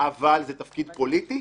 אבל זה תפקיד פוליטי.